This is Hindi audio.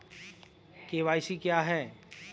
के.वाई.सी क्या है?